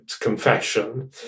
confession